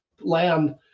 land